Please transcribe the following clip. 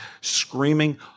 screaming